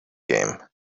game